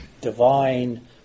divine